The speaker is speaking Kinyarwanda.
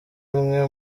imwe